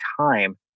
time